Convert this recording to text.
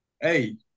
Hey